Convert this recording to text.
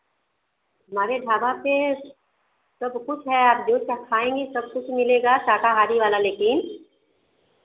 हमारे ढाबा से सब कुछ है आप जो जो खाएँगी सब कुछ मिलेगा शाकाहारी वाला लेकिन